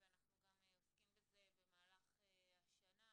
ואנחנו גם עוסקים בזה במהלך השנה,